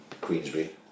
Queensbury